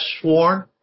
sworn